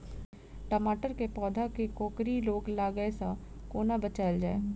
टमाटर केँ पौधा केँ कोकरी रोग लागै सऽ कोना बचाएल जाएँ?